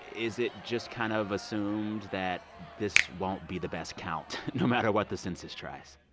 is it just kind of assumed that this won't be the best count no matter what the census tries?